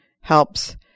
helps